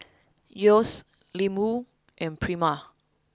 Yeo's Ling Wu and Prima